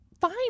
fine